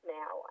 now